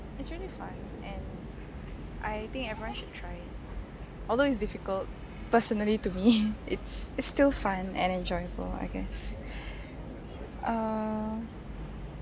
is really fun and I think everyone should try it although it's difficult personally to me it's it's still fun and enjoyable I guess err